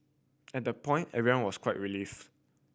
and the point everyone was quite relieved